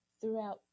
throughout